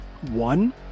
one